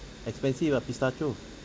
expensive ah pistachio